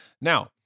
Now